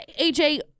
AJ